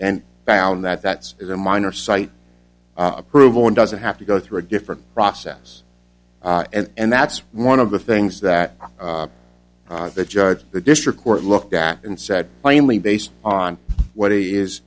and found that that is a minor site approval and doesn't have to go through a different process and that's one of the things that the judge the district court looked at and said plainly based on what he is